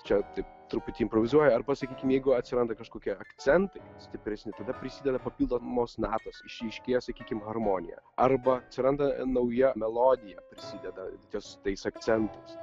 čia taip truputį improvizuoja arba sakykim jeigu atsiranda kažkokie akcentai stipresni tada prisideda papildomos natos išryškėja sakykim harmonija arba atsiranda nauja melodija prisideda ties tais akcentais